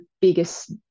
biggest